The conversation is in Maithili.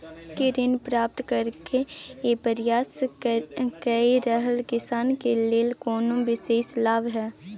की ऋण प्राप्त करय के प्रयास कए रहल किसान के लेल कोनो विशेष लाभ हय?